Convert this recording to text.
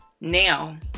now